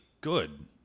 good